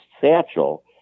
satchel